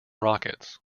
rockets